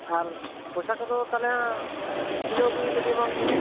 ᱟᱨ ᱯᱚᱭᱥᱟ ᱠᱚᱫᱚ ᱛᱟᱦᱚᱞᱮ ᱦᱟᱸᱜ ᱡᱤᱞᱮᱢ ᱟᱹᱜᱩᱭᱟ ᱮᱱ ᱦᱤᱞᱳᱜ ᱜᱮ ᱮᱢᱟᱢ ᱦᱩᱭᱩᱜᱼᱟ